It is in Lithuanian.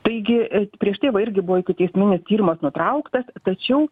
taigi prieš tai va irgi buvo ikiteisminis tyrimas nutrauktas tačiau